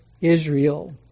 Israel